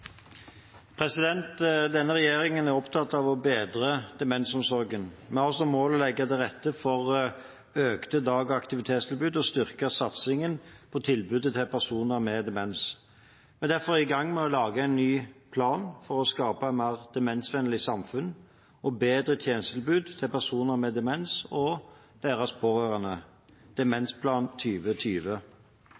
opptatt av å bedre demensomsorgen. Vi har som mål å legge til rette for økte dagaktivitetstilbud og å styrke satsingen på tilbudet til personer med demens. Vi er derfor i gang med å lage en ny plan for å skape et mer demensvennlig samfunn og et bedre tjenestetilbud til personer med demens og deres pårørende, Demensplan